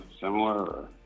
similar